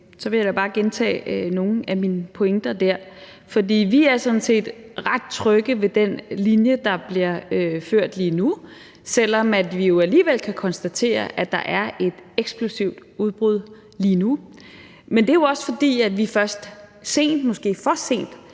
jeg vil da bare gentage nogle af mine pointer derfra. Vi er sådan set ret trygge ved den linje, der bliver ført lige nu, selv om vi jo alligevel kan konstatere, at der er et eksplosivt udbrud lige nu. Men det er jo også, fordi vi først sent, måske for sent,